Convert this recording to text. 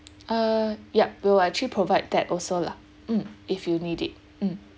err yup we'll actually provide that also lah mm if you need it mm